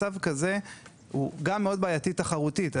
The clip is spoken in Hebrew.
מצב כזה הוא מאוד בעייתי תחרותית: